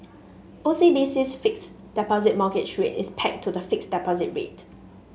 OCBC's Fixed Deposit Mortgage Rate is pegged to the fixed deposit rate